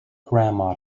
grandma